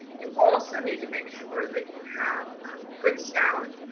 you also need to make sure that you have um good sound.